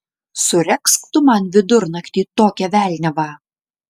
suregzk tu man vidurnaktį tokią velniavą